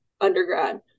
undergrad